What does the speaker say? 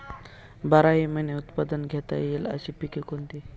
बाराही महिने उत्पादन घेता येईल अशी पिके कोणती?